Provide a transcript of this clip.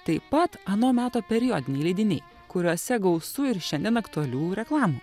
taip pat ano meto periodiniai leidiniai kuriuose gausu ir šiandien aktualių reklamų